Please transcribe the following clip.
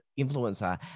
influencer